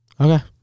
Okay